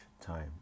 time